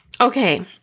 Okay